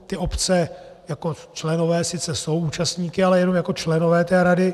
Ty obce jako členové sice jsou účastníky, ale jenom jako členové té rady.